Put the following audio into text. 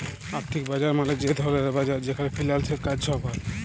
আথ্থিক বাজার মালে যে ধরলের বাজার যেখালে ফিল্যালসের কাজ ছব হ্যয়